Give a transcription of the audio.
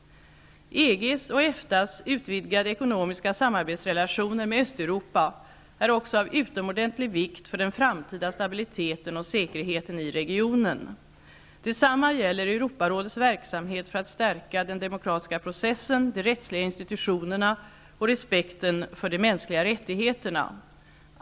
EG:s och EFTA:s utvidgade ekonomiska samarbetsrelationer med Östeuropa är också av utomordentlig vikt för den framtida stabiliteten och säkerheten i regionen. Detsamma gäller Europarådets verksamhet för att stärka den demokratiska processen, de rättsliga institutionerna och respekten för de mänskliga rättigheterna.